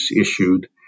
issued